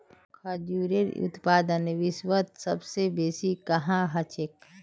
खजूरेर उत्पादन विश्वत सबस बेसी कुहाँ ह छेक